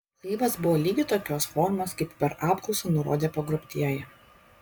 laivas buvo lygiai tokios formos kaip per apklausą nurodė pagrobtieji